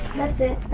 that's it?